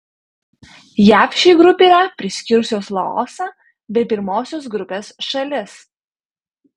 jav šiai grupei yra priskyrusios laosą bei pirmosios grupės šalis